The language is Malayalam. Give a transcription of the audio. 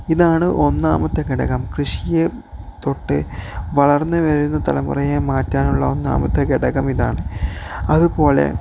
ഇതാണ് ഒന്നാമത്തെ ഘടകം കൃഷിയില് നിന്നും വളർന്നുവരുന്ന തലമുറയെ മാറ്റാനുള്ള ഒന്നാമത്തെ ഘടകം ഇതാണ് അതുപോലെ